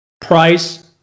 price